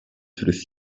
turist